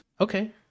okay